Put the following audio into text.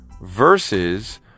versus